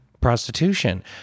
prostitution